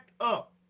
up